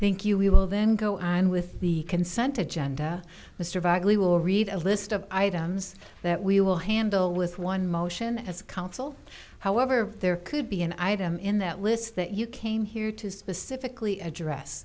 thank you we will then go and with the consent agenda mr wagner we will read a list of items that we will handle with one motion as counsel however there could be an item in that list that you came here to specifically address